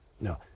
no